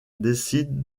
décide